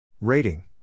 Rating